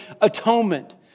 atonement